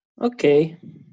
Okay